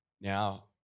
Now